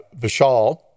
Vishal